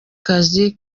kazi